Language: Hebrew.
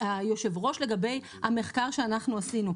היושב-ראש על המחקר שאנחנו עשינו.